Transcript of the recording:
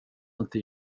inte